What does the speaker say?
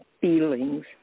feelings